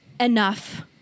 enough